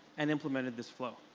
and implemented this flow.